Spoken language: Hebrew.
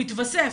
מתווסף.